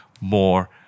more